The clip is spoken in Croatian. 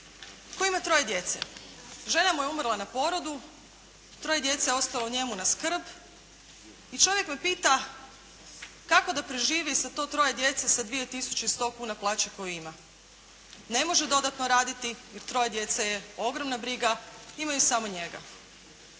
koji ima troje djece. Žena mu je umrla na porodu, troje djece je ostalo njemu na skrb i čovjek me pita kako da preživi sa to troje djece sa 2 tisuće 100 kuna plaće koju ima. Ne može dodatno raditi jer troje djece je ogromna briga, imaju samo njega.